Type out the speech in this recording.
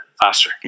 faster